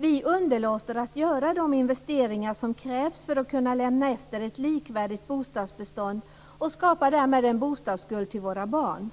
Vi underlåter att göra de investeringar som krävs för att vi ska kunna lämna efter oss ett bra bostadsbestånd och skapar därmed en bostadsskuld till våra barn.